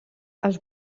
els